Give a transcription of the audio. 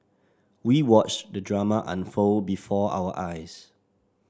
we watched the drama unfold before our eyes